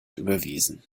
überwiesen